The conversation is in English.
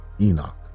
Enoch